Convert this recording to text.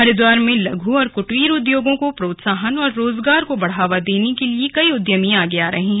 हरिद्वार में लघ् और कुटीर उद्योगों को प्रोत्साहन और रोजगार को बढ़ावा देने के लिए कई उद्यमी आगे आ रहे हैं